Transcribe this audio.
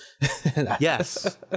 Yes